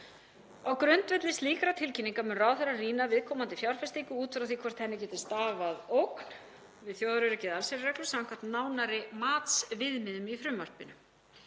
Á grundvelli slíkrar tilkynningar mun ráðherra rýna viðkomandi fjárfestingu út frá því hvort af henni geti stafað ógn við þjóðaröryggi eða allsherjarreglu samkvæmt nánari matsviðmiðum í frumvarpinu.